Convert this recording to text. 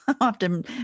often